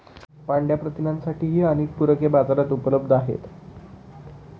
पांढया प्रथिनांसाठीही अनेक पूरके बाजारात उपलब्ध आहेत